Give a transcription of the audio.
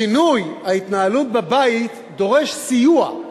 שינוי ההתנהלות בבית דורש סיוע,